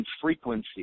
frequency